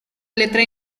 letra